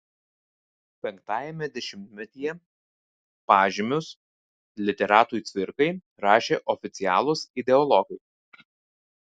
penktajame dešimtmetyje pažymius literatui cvirkai rašė oficialūs ideologai